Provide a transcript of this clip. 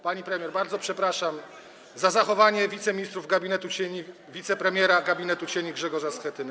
Pani premier, bardzo przepraszam za zachowanie wiceministrów gabinetu cieni, wicepremiera gabinetu cieni Grzegorza Schetyny.